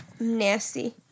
nasty